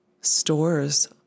stores